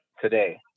Today